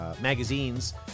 magazines